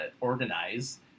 organize